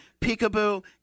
peekaboo